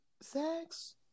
sex